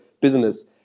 business